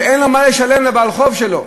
שאין לו מה לשלם לבעל חוב שלו,